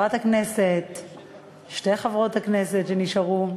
שתי חברות הכנסת שנשארו,